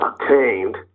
obtained